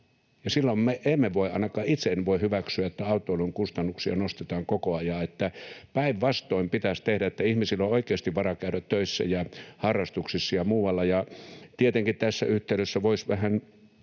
silloin me emme voi, ainakaan itse en voi hyväksyä, että autoilun kustannuksia nostetaan koko ajan. Päinvastoin pitäisi tehdä, että ihmisillä on oikeasti varaa käydä töissä ja harrastuksissa ja muualla. Tietenkin tässä yhteydessä voisi vähän